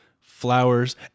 flowers